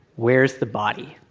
where's the body?